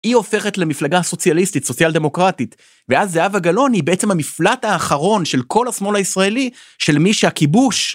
‫היא הופכת למפלגה הסוציאליסטית, ‫סוציאל-דמוקרטית, ‫ואז זהבה גלאון היא בעצם המפלט האחרון ‫של כל השמאל הישראלי של מי שהכיבוש...